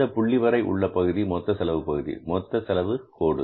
இந்த புள்ளி வரை உள்ள பகுதி மொத்த செலவு பகுதி மொத்த செலவு கோடு